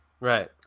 Right